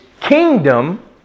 kingdom